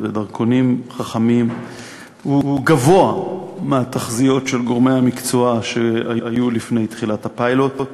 ודרכונים חכמים גבוה מתחזיות גורמי המקצוע לפני תחילת הפיילוט.